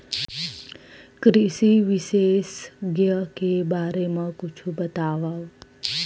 कृषि विशेषज्ञ के बारे मा कुछु बतावव?